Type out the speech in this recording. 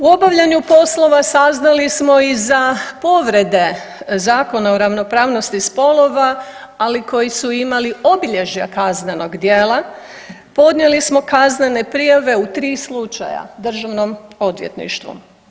U obavljanju poslova saznali smo i za povrede Zakona o ravnopravnosti spolova, ali koji su imali obilježja kaznenog djela, podnijeli smo kaznene prijave u 3 slučaja državnom odvjetništvu.